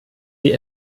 sie